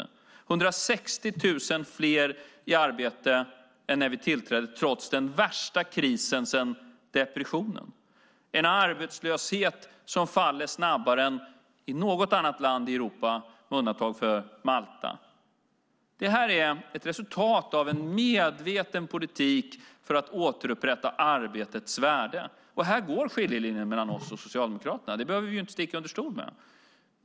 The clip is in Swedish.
Vi har 160 000 fler i arbete än när vi tillträdde, trots den värsta krisen sedan depressionen. Vi har en arbetslöshet som faller snabbare än i något annat land i Europa, med undantag för Malta. Det här är ett resultat av en medveten politik för att återupprätta arbetets värde. Och här går skiljelinjen mellan oss och Socialdemokraterna. Det behöver vi inte sticka under stol med.